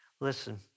Listen